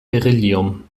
beryllium